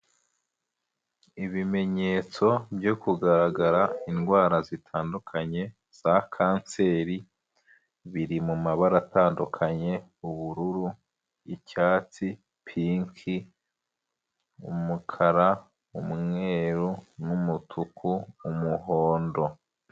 Ibimenyetso byo kugaragara indwara zitandukanye za kanseri, biri mu mabara atandukanye; ubururu, icyatsi, pinki, umukara, umweru, n'umutuku, umuhondo.